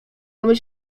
mogli